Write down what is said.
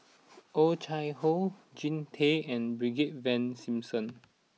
Oh Chai Hoo Jean Tay and Brigadier Ivan Simson